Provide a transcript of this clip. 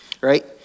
right